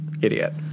Idiot